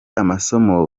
amasomo